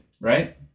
right